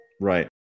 Right